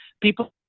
people